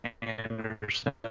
Anderson